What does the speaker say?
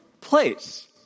place